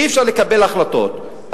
אי-אפשר לקבל החלטות,